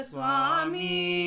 Swami